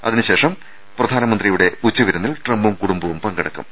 ഇതിനുശേഷം പ്രധാനമന്ത്രിയുടെ ഉച്ചവിരുന്നിൽ ട്രംപും കുടുംബവും പങ്കെടുക്കും